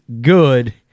good